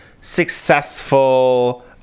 successful